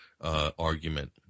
argument